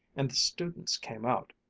and the students came out,